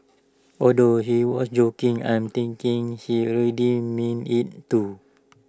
although she was joking I'm thinking she really meant IT too